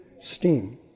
steam